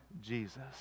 Jesus